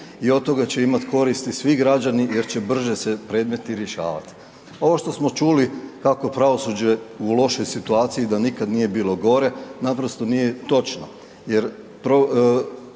i od toga će imat koristi svi građani jer će brže se predmeti rješavat. Ovo što smo čuli kako je pravosuđe u lošoj situaciji, da nikad nije bilo gore, naprosto nije točno,